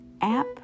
app